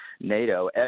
NATO